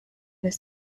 this